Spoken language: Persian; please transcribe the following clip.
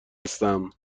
هستم